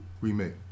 Remake